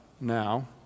now